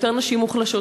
יותר נשים מוחלשות.